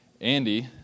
Andy